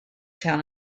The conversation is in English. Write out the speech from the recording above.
town